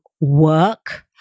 work